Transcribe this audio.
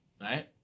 Right